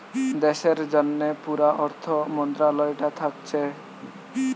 দেশের জন্যে পুরা অর্থ মন্ত্রালয়টা থাকছে